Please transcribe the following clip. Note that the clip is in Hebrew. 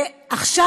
ועכשיו,